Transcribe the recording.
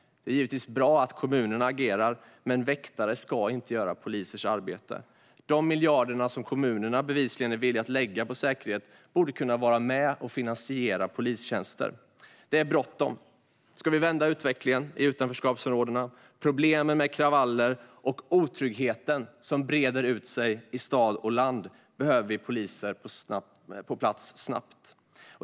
Det är givetvis bra att kommunerna agerar, men väktare ska inte göra polisers arbete. De miljarder som kommunerna bevisligen är villiga att lägga på säkerhet borde kunna vara med och finansiera polistjänster. Det är bråttom. Ska vi vända utvecklingen i utanförskapsområdena och få bukt med problemen med kravaller och med den otrygghet som breder ut sig i stad och land behöver vi poliser som är på plats snabbt.